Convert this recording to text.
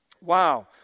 Wow